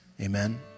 Amen